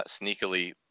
sneakily